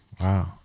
wow